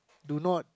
do not